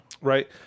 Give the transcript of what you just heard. Right